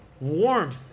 warmth